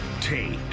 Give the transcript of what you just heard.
take